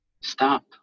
stop